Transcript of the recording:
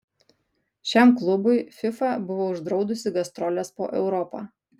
šiam klubui fifa buvo uždraudusi gastroles po europą